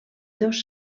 dos